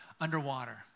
underwater